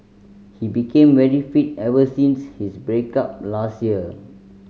he became very fit ever since his break up last year